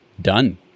done